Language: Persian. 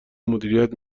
مدیریت